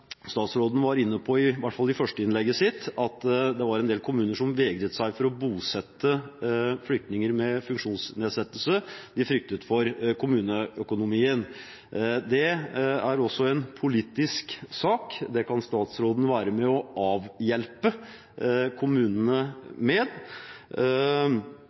statsråden var inne på – i hvert fall i det første innlegget sitt – at det var en del kommuner som vegret seg for å bosette flyktninger med funksjonsnedsettelser. De fryktet for kommuneøkonomien. Det er også en politisk sak. Det kan statsråden være med og avhjelpe.